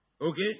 Okay